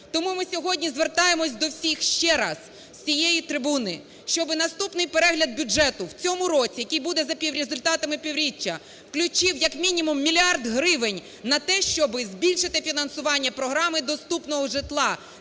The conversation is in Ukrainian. Тому ми сьогодні звертаємося до всіх ще раз з цієї трибуни. Щоб наступний перегляд бюджету в цьому році, який буде за результатами півріччя, включив як мінімум мільярд гривень на те, щоб збільшити фінансування програми доступного житла